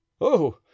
Oh